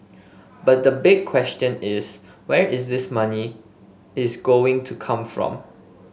but the big question is where is this money is going to come from